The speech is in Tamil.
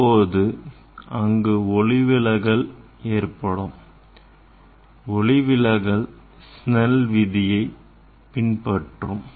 இப்பொழுது அங்கு ஒளிவிலகல் ஏற்படும் ஒளிவிலகல் ஸ்நெல் விதியைப் பின்பற்றும்